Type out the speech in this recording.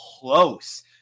close